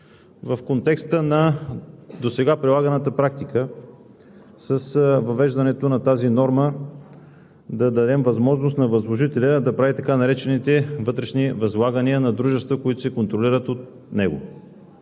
в контекста на досега прилаганата практика с въвеждането на тази норма да дадем възможност на възложителя да прави така наречените вътрешни възлагания на дружества, които се контролират от него.